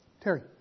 Terry